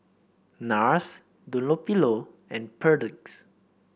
NARS Dunlopillo and Perdix